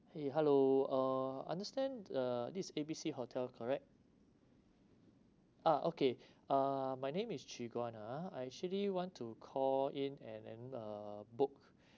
eh hello uh understand uh this is A B C hotel correct ah okay uh my name is chwee guan ah I actually want to call in and then uh book